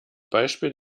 beispiel